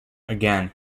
again